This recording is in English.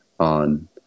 On